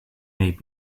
may